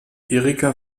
erika